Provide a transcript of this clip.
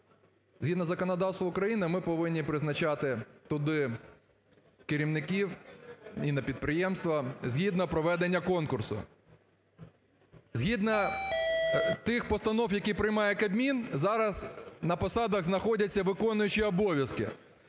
Згідно законодавства України ми повинні призначати туди керівників і на підприємства згідно проведення конкурсу. Згідно тих постанов, які приймає Кабмін, зараз на посадах знаходяться виконуючі обов'язки.